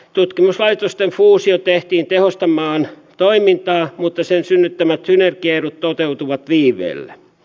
tutkimuslaitosten fuusio tehtiin tehostamaan toimintaa mutta sen synnyttämät synergiaedut toteutuvat viiveellä